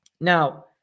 Now